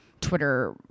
twitter